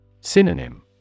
Synonym